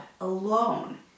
alone